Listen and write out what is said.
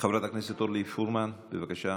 חברת הכנסת אורלי פרומן, בבקשה.